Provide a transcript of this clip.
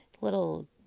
little